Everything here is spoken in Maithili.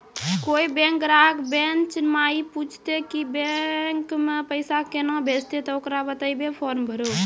कोय बैंक ग्राहक बेंच माई पुछते की बैंक मे पेसा केना भेजेते ते ओकरा बताइबै फॉर्म भरो